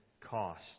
cost